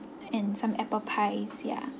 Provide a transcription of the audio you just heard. and some apple pies ya